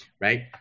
right